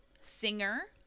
Singer